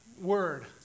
word